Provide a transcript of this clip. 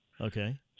Okay